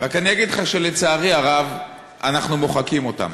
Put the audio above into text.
רק אני אגיד לך שלצערי הרב אנחנו מוחקים אותם.